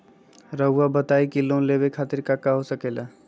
रउआ बताई की लोन लेवे खातिर काका हो सके ला?